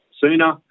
sooner